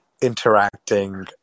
interacting